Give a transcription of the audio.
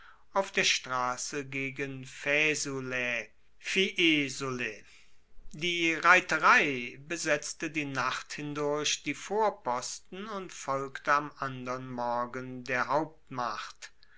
auf der strasse gegen faesulae fiesole die reiterei besetzte die nacht hindurch die vorposten und folgte am andern morgen der hauptmacht